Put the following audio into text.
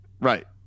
Right